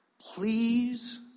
Please